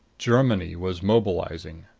germany was mobilizing!